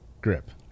grip